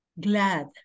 glad